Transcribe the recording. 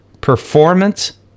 performance